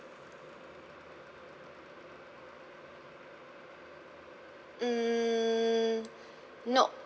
mm nope